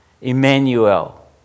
Emmanuel